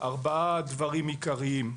ארבעה דברים עיקריים: